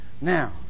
Now